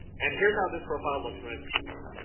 and here's how this profile looks when it's installed.